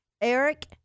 Eric